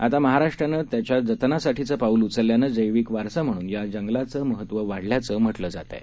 आतामहाराष्ट्रानंत्याच्याजतनासाठीचंपाऊलउचलल्यानं जैविकवारसाम्हणूनयाजंगलाचंमहत्त्ववाढल्याचंम्हटलंजातआहे